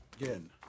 Again